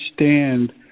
understand